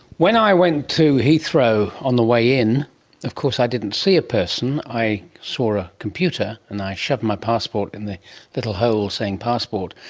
when i went to heathrow, on the way in of course i didn't see a person, i saw a computer and i shoved my passport in the little hole saying passport,